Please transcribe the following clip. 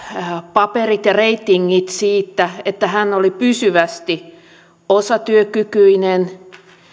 paperit ja reitingit siitä että hän oli pysyvästi osatyökykyinen